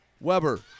Weber